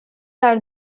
are